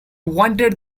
wanted